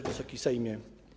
Wysoki Sejmie!